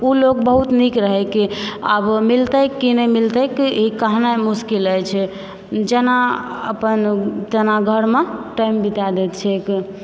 ओ लोग बहुत नीक रहय की आब मिलतय की नहि मिलतय ई कहनाइ मुश्किल अछि जेना अपन तेना घरमे टाइम बिता दैत छैक